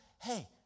Hey